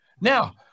now